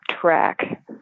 track